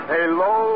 Hello